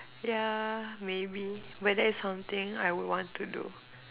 yeah maybe but that is something I would want to do